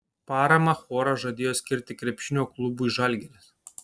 paramą choras žadėjo skirti krepšinio klubui žalgiris